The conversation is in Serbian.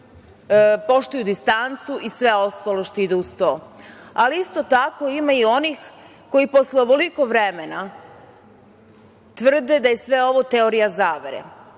poštuju distancu i sve ostalo što ide uz to, ali isto tako ima i onih koji posle ovoliko vremena tvrde da je sve ovo teorija zavere.